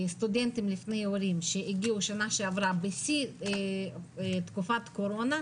סטודנטים לפני עולים שהגיעו שנה שעברה בשיא תקופת הקורונה,